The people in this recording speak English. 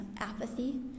apathy